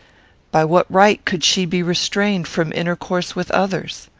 by what right could she be restrained from intercourse with others?